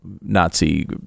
nazi